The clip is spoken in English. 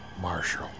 Marshall